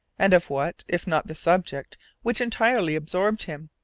and of what, if not the subject which entirely absorbed him?